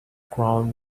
crown